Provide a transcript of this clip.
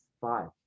five